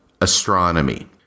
astronomy